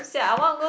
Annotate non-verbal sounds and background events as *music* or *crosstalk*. *breath*